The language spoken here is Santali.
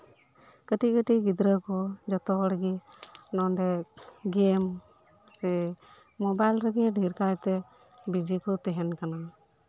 ᱠᱟᱹᱴᱤᱡ ᱠᱟᱹᱴᱤᱡ ᱜᱤᱫᱽᱨᱟᱹ ᱠᱚ ᱡᱚᱛᱚ ᱦᱚᱲ ᱜᱮ ᱱᱚᱸᱰᱮ ᱜᱮᱢ ᱥᱮ ᱢᱳᱵᱟᱭᱤᱞ ᱨᱮᱜᱮ ᱰᱷᱮᱨ ᱠᱟᱭᱛᱮ ᱵᱤᱡᱤ ᱠᱚ ᱛᱟᱦᱮᱱ ᱠᱟᱱᱟ